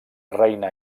reina